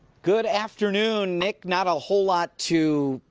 good afternoon, nick. not a whole lot to,